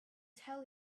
tell